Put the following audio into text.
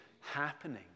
happening